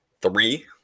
three